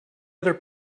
other